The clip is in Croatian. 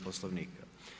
Poslovnika.